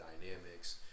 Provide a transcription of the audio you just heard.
dynamics